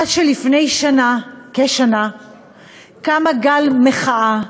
עד שלפני כשנה קם גל מחאה,